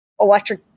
electric